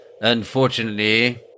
Unfortunately